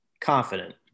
Confident